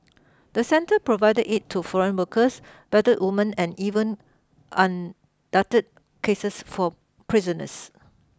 the centre provided aid to foreign workers battered women and even on duct cases for prisoners